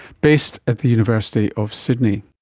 based at the university of sydney